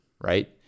right